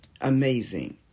amazing